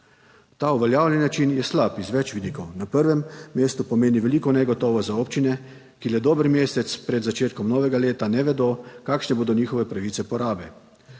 Ta uveljavljen način je slab iz več vidikov. Na prvem mestu pomeni veliko negotovost za občine, ki le dober mesec pred začetkom novega leta ne vedo, kakšne bodo njihove pravice porabe.